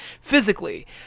physically